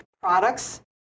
products